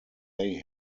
they